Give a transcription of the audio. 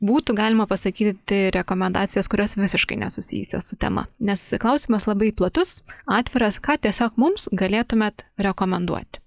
būtų galima pasakyti rekomendacijas kurios visiškai nesusijusios su tema nes klausimas labai platus atviras ką tiesiog mums galėtumėt rekomenduoti